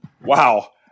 Wow